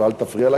אבל אל תפריע לה.